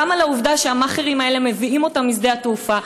גם על העובדה שהמאכערים האלה מביאים אותם משדה התעופה.